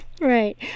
Right